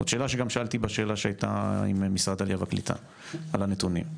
זאת שאלה שגם שאלתי בשאלה שהייתה עם משרד העלייה והקליטה על הנתונים.